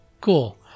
Cool